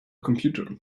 computer